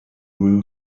will